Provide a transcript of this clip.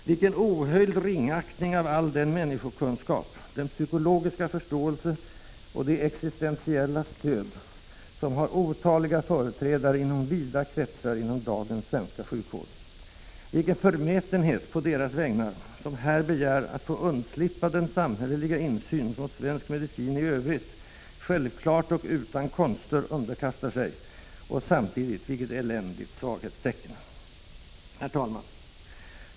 Vilken ohöljd ringaktning av all den människokunskap, den psykologiska förståelse och det existentiella stöd som har otaliga företrädare inom vida kretsar inom dagens svenska sjukvård! Vilken förmätenhet på deras vägnar, som här begär att få undslippa den samhälleliga insyn som svensk medicin i övrigt självklart och utan konster underkastar sig! Och samtidigt: Vilket eländigt svaghetstecken! Herr talman!